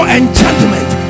enchantment